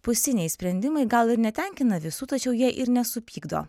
pusiniai sprendimai gal ir netenkina visų tačiau jie ir nesupykdo